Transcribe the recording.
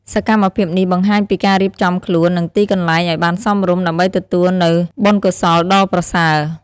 សកម្មភាពនេះបង្ហាញពីការរៀបចំខ្លួន និងទីកន្លែងឱ្យបានសមរម្យ ដើម្បីទទួលនូវបុណ្យកុសលដ៏ប្រសើរ។